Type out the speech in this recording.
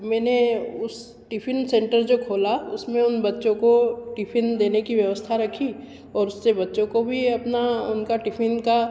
मैंने उस tiffin center जो खोला उसमें उन बच्चों को टिफ़िन देने की व्यवस्था रखी और उससे बच्चों को भी अपना उनका टिफ़िन का